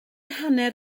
hanner